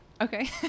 Okay